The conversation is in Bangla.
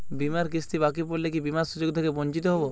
বিমার কিস্তি বাকি পড়লে কি বিমার সুযোগ থেকে বঞ্চিত হবো?